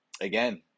again